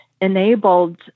enabled